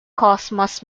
cosmos